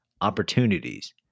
opportunities